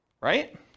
Right